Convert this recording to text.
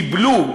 קיבלו,